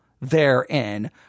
therein